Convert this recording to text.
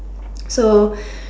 so